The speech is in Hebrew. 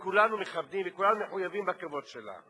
וכולנו מכבדים וכולנו מחויבים בכבוד שלה,